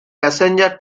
passenger